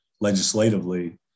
legislatively